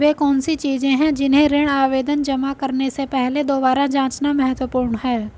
वे कौन सी चीजें हैं जिन्हें ऋण आवेदन जमा करने से पहले दोबारा जांचना महत्वपूर्ण है?